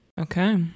Okay